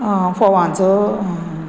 आं फोवाचो